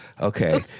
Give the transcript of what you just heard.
Okay